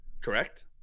Correct